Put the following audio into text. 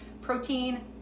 protein